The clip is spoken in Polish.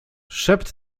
szept